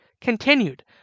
continued